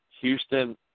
Houston